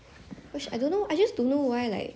养动物 like 有宠物 sia